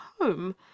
home